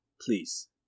please